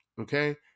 okay